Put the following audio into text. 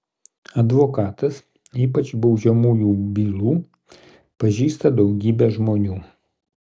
advokatas ypač baudžiamųjų bylų pažįsta daugybę žmonių